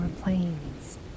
planes